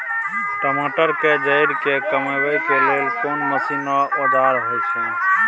टमाटर के जईर के कमबै के लेल कोन मसीन व औजार होय छै?